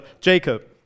Jacob